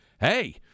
hey